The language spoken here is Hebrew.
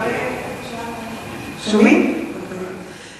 אולי השר, בבקשה.